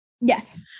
yes